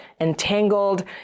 entangled